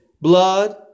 blood